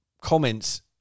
comments